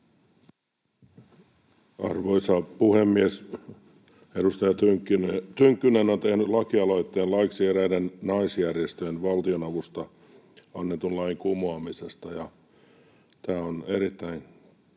Arvoisa puhemies! Edustaja Tynkkynen on tehnyt lakialoitteen laiksi eräiden naisjärjestöjen valtionavusta annetun lain kumoamisesta, ja tämä on erittäin